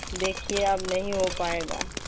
دیکھیے اب نہیں ہو پائے گا